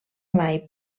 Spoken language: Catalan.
mai